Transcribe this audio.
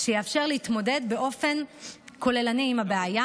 שיאפשר להתמודד באופן כוללני עם הבעיה.